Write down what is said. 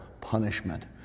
punishment